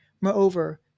Moreover